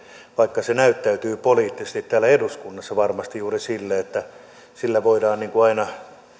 vaikka se näyttäytyy poliittisesti täällä eduskunnassa varmasti juuri sille että sillä voidaan aina